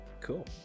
Cool